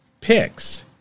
picks